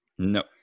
No